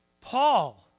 Paul